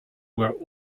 were